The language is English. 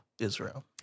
Israel